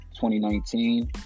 2019